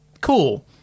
Cool